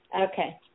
Okay